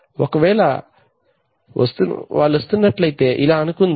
ఒకవేళ వాళ్లు వస్తున్నట్లయితే ఇలా అనుకుందాం